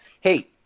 hey